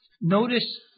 Notice